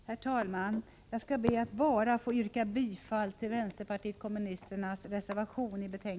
Herr talman!